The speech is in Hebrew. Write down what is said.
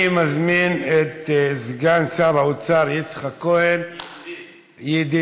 אני מזמין את סגן שר האוצר יצחק כהן, ידידי.